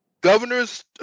governors